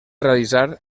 realitzar